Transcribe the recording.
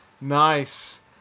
Nice